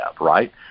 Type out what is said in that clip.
right